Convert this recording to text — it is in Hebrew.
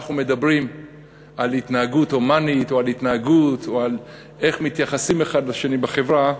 כשאנחנו מדברים על התנהגות הומנית או על איך מתייחסים אחד לשני בחברה,